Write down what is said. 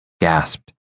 gasped